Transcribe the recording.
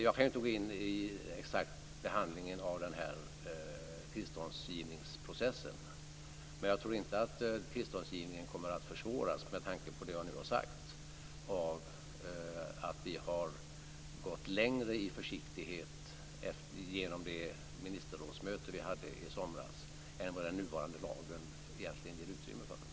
Jag kan inte gå in på den exakta processen för tillståndsgivning, men jag tror inte att tillståndsgivningen kommer att försvåras av att vi gick längre i försiktighet vid det ministerrådsmöte som vi hade i somras än vad den nuvarande lagen egentligen ger utrymme för.